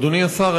אדוני השר,